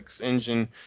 engine